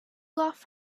love